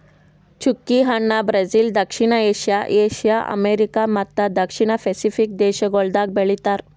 ಚ್ಚುಕಿ ಹಣ್ಣ ಬ್ರೆಜಿಲ್, ದಕ್ಷಿಣ ಏಷ್ಯಾ, ಏಷ್ಯಾ, ಅಮೆರಿಕಾ ಮತ್ತ ದಕ್ಷಿಣ ಪೆಸಿಫಿಕ್ ದೇಶಗೊಳ್ದಾಗ್ ಬೆಳಿತಾರ್